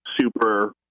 super